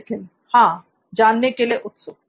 नित्थिन हाँ जानने के लिए उत्सुक